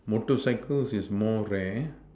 motorcycles is more rare